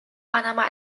巴拿马